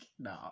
No